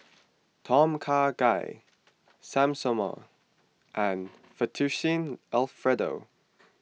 Tom Kha Gai Samosa and Fettuccine Alfredo